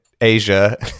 Asia